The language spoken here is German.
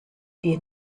dir